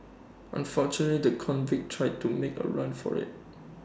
unfortunately the convict tried to make A run for IT